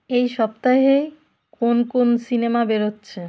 এই সপ্তাহে কোন কোন সিনেমা বেরোচ্ছে